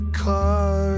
car